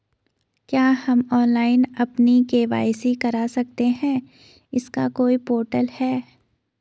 क्या हम ऑनलाइन अपनी के.वाई.सी करा सकते हैं इसका कोई पोर्टल है?